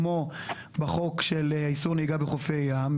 כמו בחוק איסור נהיגה בחופי הים,